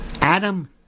Adam